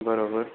બરોબર